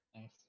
Nice